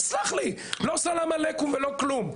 לא סלאם עליכם ולא כלום.